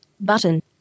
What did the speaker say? Button